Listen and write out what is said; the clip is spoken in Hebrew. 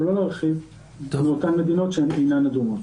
לא להרחיב לאותן מדינות שאינן אדומות.